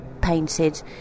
painted